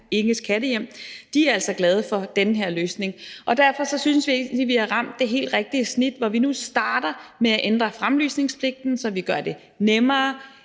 Inges Kattehjem, altså er glade for den her løsning. Og derfor synes vi egentlig, vi har ramt det helt rigtige snit, hvor vi nu starter med at ændre fremlysningspligten, så vi gør det nemmere,